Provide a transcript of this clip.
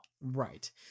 Right